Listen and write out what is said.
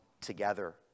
together